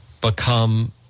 become